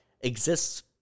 exists